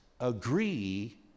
agree